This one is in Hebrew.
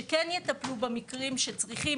שכן יטפלו במקרים שצריך,